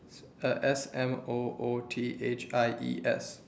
uh S M O O T H I E S